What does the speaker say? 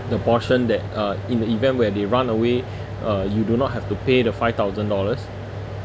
the portion that uh in the event where they run away uh you do not have to pay the five thousand dollars